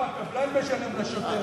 לא, הקבלן משלם לעובד את שכרו.